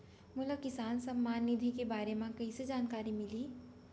मोला किसान सम्मान निधि के बारे म कइसे जानकारी मिलही?